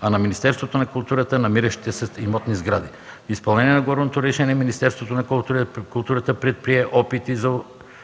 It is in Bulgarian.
а на Министерството на културата – намиращите се в имота сгради. В изпълнение на горното решение, Министерството на културата предприе опити за